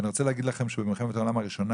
אני רוצה להגיד לכם שבמלחמת העולם הראשונה